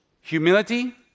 humility